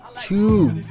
Two